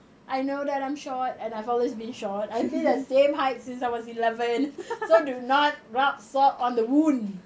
I know that I'm short and I've always been short I've been the same height since I was eleven so do not rub salt on the wound